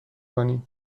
کنی